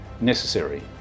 Necessary